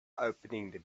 opening